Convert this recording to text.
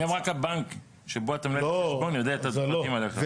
היום רק הבנקים שבו אתה מנהל את החשבון יודע את הדברים עליך.